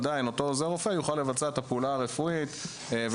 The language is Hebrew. עדיין אותו עוזר רופא יוכל לבצע את הפעולה הרפואית ולהעניק